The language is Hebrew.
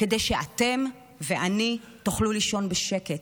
כדי שאתם ואני נוכל לישון בשקט.